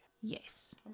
Yes